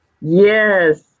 Yes